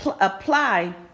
apply